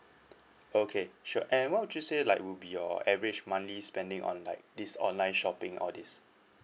okay sure and what would you say like would be your average monthly spending on like this online shopping all these